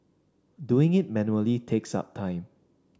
doing it manually takes up time